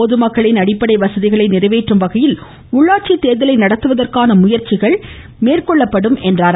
பொதுமக்களின் அடிப்படை வசதிகளை நிறைவேற்றும் வகையில் உள்ளாட்சி தேர்தலை நடத்துவதற்கான முயற்சிகள் மேற்கொள்ளப்படும் என்றார்